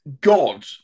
god